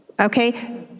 okay